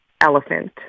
elephant